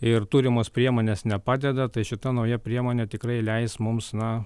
ir turimos priemonės nepadeda tai šita nauja priemonė tikrai leis mums na